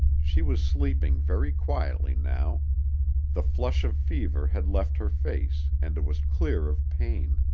she was sleeping very quietly now the flush of fever had left her face and it was clear of pain,